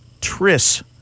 Tris